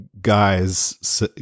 guys